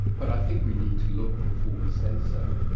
but i think we need to look before we say so,